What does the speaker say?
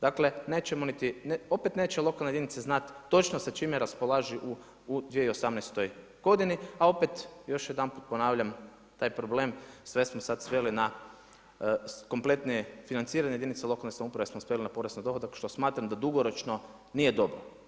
Dakle opet neće lokalne jedinice znat točno sa čime raspolažu u 2018. godini, a opet još jedanput ponavljam taj problem, sve smo sada sveli na kompletno financiranje jedinica lokalne samouprave smo … porez na dohodak što smatram da dugoročno nije dobro.